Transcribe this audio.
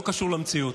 ולא קשור למציאות.